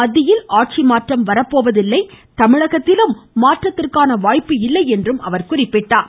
மத்தியிலும் ஆட்சி மாற்றம் வரப்போவதில்லை தமிழகத்திலும் மாற்றத்திற்கான வாய்ப்பு இல்லை என்றும் அவர் குறிப்பிட்டார்